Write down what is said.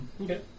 Okay